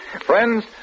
Friends